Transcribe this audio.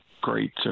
great